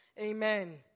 Amen